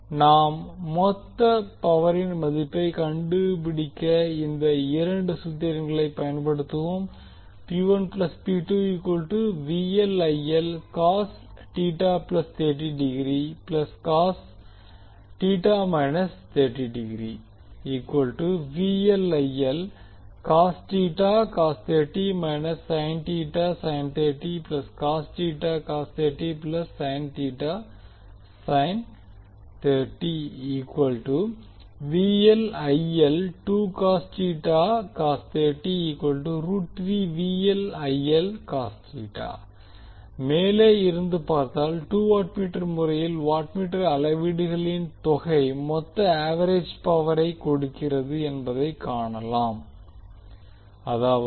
எனவே நாம் மொத்த பவரின் மதிப்பை கண்டுபிடிக்க இந்த இரண்டு சூத்திரங்களை பயன்படுத்துவோம் மேலே இருந்து பார்த்தால் டூ வாட்மீட்டர் முறையில் வாட்மீட்டர் அளவீடுகளின் தொகை மொத்த ஆவெரேஜ் பவரை கொடுக்கிறது என்பதைக் காணலாம் அதாவது